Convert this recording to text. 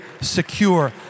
secure